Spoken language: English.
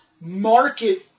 market